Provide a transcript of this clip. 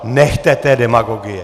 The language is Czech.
Nechte té demagogie!